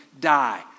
die